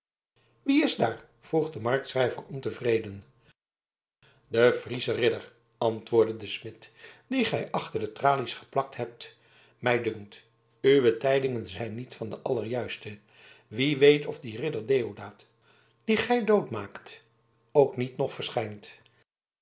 wie is daar vroeg de marktschrijver ontevreden de friesche ridder antwoordde de smid dien gij achter de tralies geplakt hebt mij dunkt uwe tijdingen zijn niet van de allerjuiste wie weet of die ridder deodaat dien gij doodmaakt ook niet nog verschijnt